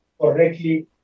correctly